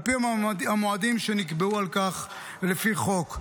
על פי המועדים שנקבעו לכך לפי חוק.